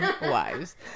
wives